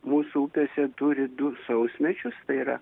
mūsų upėse turi du sausmečius tai yra